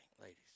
ladies